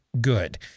good